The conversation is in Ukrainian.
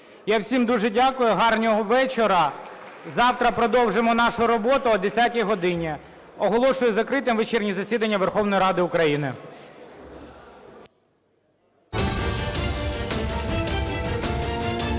Я всім дуже дякую . Гарного вечора! Завтра продовжимо нашу роботу о 10 годині. Оголошую закритим вечірнє засідання Верховної Ради України.